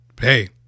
hey